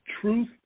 truth